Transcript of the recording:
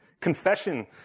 confession